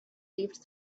leafed